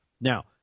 Now